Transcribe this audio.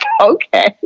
okay